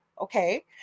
okay